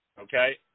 okay